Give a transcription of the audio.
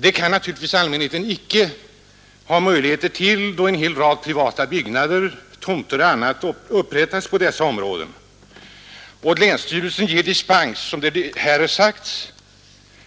Det kan naturligtvis allmänheten inte, om en hel rad privata byggnader uppförs på dessa områden. Länsstyrelsen ger dispens,